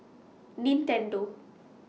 Nintendo